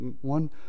one